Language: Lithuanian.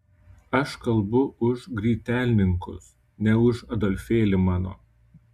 aš kalbu už grytelninkus ne už adolfėlį mano